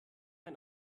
ein